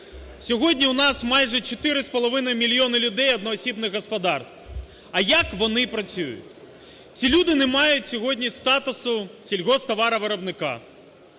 Сьогодні в нас майже 4,5 мільйони людей одноосібних господарств. А як вони працюють? Ці люди не мають сьогодні статусу сільгосптоваровиробника,